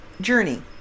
journey